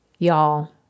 Y'all